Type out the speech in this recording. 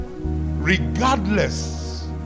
Regardless